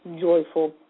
joyful